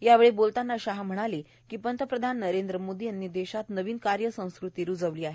यावेळी बोलतांना शाह म्हणालेए की पंतप्रधान नरेंद्र मोदी यांनी देशात नवीन कार्यसंस्कृती रूजवली आहे